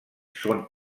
són